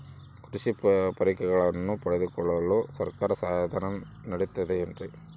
ಕೃಷಿ ಪರಿಕರಗಳನ್ನು ಪಡೆದುಕೊಳ್ಳಲು ಸರ್ಕಾರ ಸಹಾಯಧನ ನೇಡುತ್ತದೆ ಏನ್ರಿ?